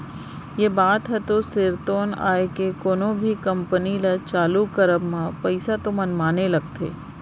ये बात ह तो सिरतोन आय के कोनो भी कंपनी ल चालू करब म पइसा तो मनमाने लगथे